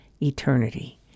eternity